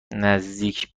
نزدیک